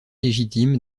légitime